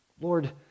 Lord